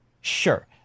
Sure